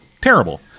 terrible